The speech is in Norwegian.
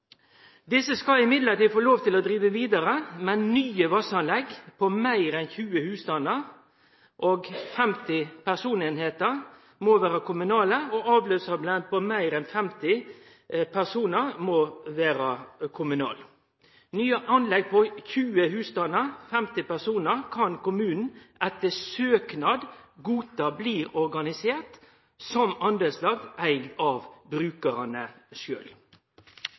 Desse skal likevel få lov til å drive vidare, men nye vassanlegg for meir enn 20 husstandar/50 personar må vere kommunale. Avløpsanlegg for meir enn 50 personar må vere kommunale. Nye anlegg for under 20 husstandar – 50 personar – kan kommunen, etter søknad, godta at blir organiserte som partlag åtte av brukarane